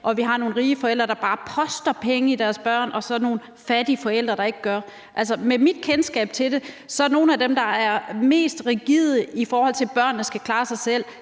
og at der er nogle rige forældre, der bare poster penge i deres børn, og så er der nogle fattige forældre, der ikke gør det? Altså, med mit kendskab til det er nogle af dem, der er mest rigide, i forhold til at børnene skal klare sig selv,